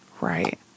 Right